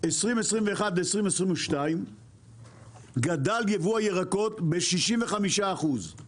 2021 ל-2022 גדל יבוא הירקות ב-65%